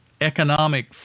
Economic